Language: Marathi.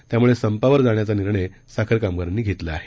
त्यामुळे संपावर जाण्याचा निर्णय साखर कामगारांनी घेतला आहे